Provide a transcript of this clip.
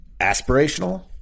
Aspirational